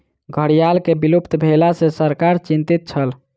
घड़ियाल के विलुप्त भेला सॅ सरकार चिंतित छल